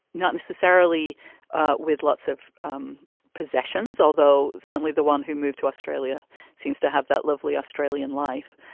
not necessarily with lots of um possessions, although certainly the one who moved to australia seems to have that lovely australian life.